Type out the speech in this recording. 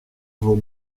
vos